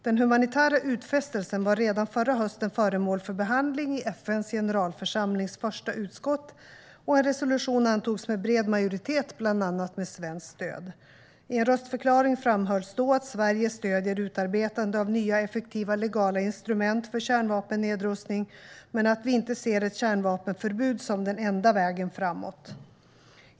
Den humanitära utfästelsen var redan förra hösten föremål för behandling i FN:s generalförsamlings första utskott, och en resolution antogs med bred majoritet, bland annat med svenskt stöd. I en röstförklaring framhölls då att Sverige stöder utarbetande av nya effektiva legala instrument för kärnvapennedrustning, men att vi inte ser ett kärnvapenförbud som den enda vägen framåt.